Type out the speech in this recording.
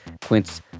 Quince